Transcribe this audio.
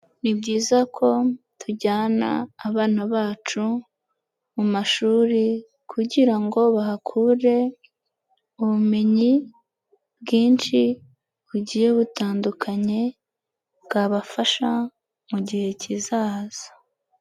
Ni byiza ko tujyana abana bacu mu mashuri kugira ngo bahakure ubumenyi bwinshi bugiye butandukanye, bwabafasha mu gihe kizaza.